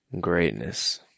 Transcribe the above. greatness